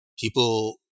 People